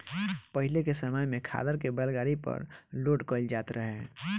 पाहिले के समय में खादर के बैलगाड़ी पर लोड कईल जात रहे